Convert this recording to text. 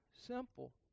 simple